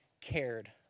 cared